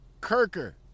kirker